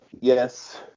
Yes